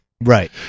Right